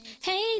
Hey